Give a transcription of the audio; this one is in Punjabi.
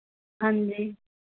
ਹਾਂਜੀ